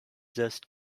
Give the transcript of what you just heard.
just